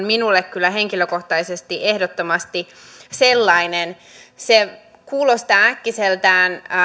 minulle kyllä henkilökohtaisesti ehdottomasti sellainen se kuulostaa äkkiseltään